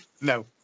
No